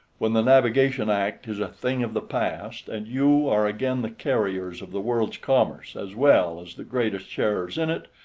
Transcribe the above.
when the navigation act is a thing of the past, and you are again the carriers of the world's commerce as well as the greatest sharers in it,